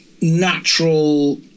natural